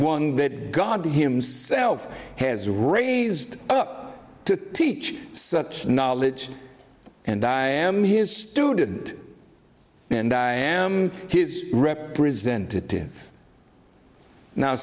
that god himself has raised up to teach such knowledge and i am his student and i am his representative now